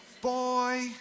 Boy